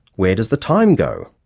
where does the time go?